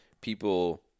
people